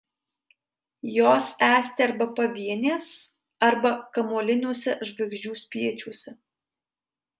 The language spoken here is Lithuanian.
jos esti arba pavienės arba kamuoliniuose žvaigždžių spiečiuose